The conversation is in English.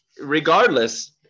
regardless